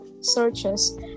searches